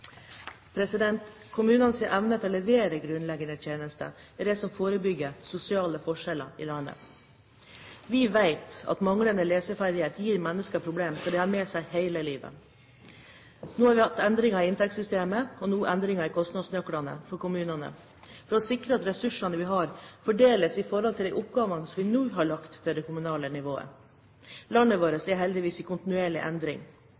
evne til å levere grunnleggende tjenester er det som forebygger sosiale forskjeller i landet. Vi vet at manglende leseferdigheter gir mennesker problemer som de har med seg hele livet. Vi har hatt endring i inntektssystemet, og nå endring i kostnadsnøklene for kommunene, for å sikre at ressursene vi har, fordeles i forhold til de oppgavene vi nå har lagt til det kommunale nivået. Landet vårt er heldigvis i kontinuerlig endring.